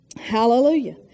Hallelujah